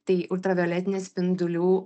tai ultravioletinių spindulių